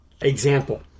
example